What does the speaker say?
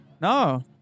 no